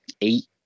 eight